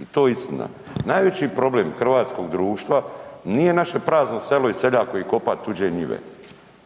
i to je istina. Najveći problem hrvatskog društva nije naše prazno selo i seljak koji kopa tuđe njive